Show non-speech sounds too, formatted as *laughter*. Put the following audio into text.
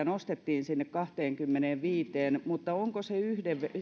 *unintelligible* nostettiin sinne kahteenkymmeneenviiteen mutta